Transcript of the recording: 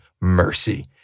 mercy